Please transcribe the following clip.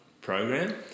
program